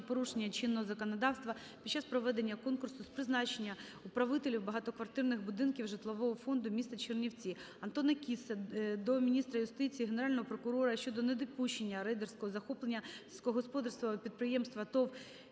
порушення чинного законодавства під час проведення конкурсу з призначення управителів багатоквартирних будинків житлового фонду міста Чернівці. Антона Кіссе до міністра юстиції, Генерального прокурора щодо недопущення рейдерського захоплення сільськогосподарського підприємства ТОВ